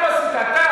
אתה עשית.